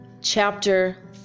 chapter